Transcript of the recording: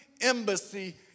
embassy